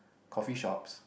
coffee shops